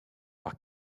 par